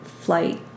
flight